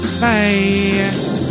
Bye